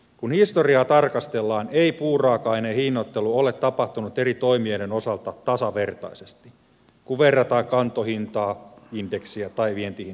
kun historiaa tarkastellaan ei puuraaka aineen hinnoittelu ole tapahtunut eri toimijoiden osalta tasavertaisesti kun verrataan kantohintaindeksiä tai vientihintaindeksiä